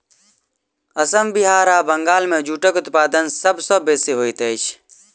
असम बिहार आ बंगाल मे जूटक उत्पादन सभ सॅ बेसी होइत अछि